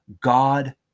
God